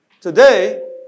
Today